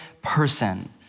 person